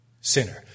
sinner